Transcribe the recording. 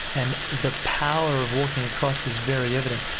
and the power of walking across is very evident.